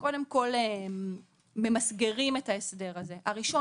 שקודם כל ממסגרים את ההסדר הזה: הראשון,